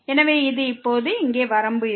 எனவே இது இப்போது இங்கே வரம்பு இருக்கும்